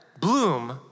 bloom